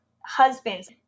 husbands